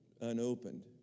unopened